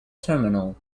terminal